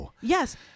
Yes